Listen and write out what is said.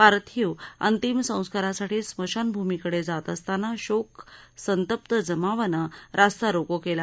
पार्थिव अंतिम संस्कारांसाठी स्मशान भूमीकडे जात असताना शोक संतप्त जमावानं रास्तारोको केला